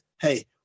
hey